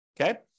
Okay